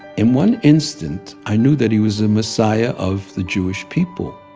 in one instant, i knew that he was the messiah of the jewish people.